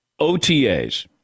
OTAs